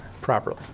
properly